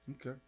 Okay